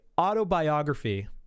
autobiography